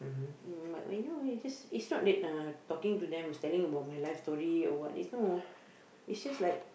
mm but when you know is just it's not that talking to them is telling about my life story or what is no is just like